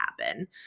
happen